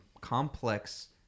complex